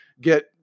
get